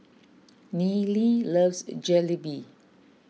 Nealy loves Jalebi